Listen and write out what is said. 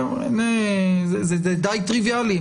זה די טריוויאלי,